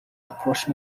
approches